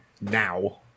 now